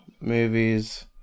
movies